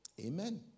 Amen